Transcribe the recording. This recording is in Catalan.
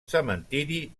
cementiri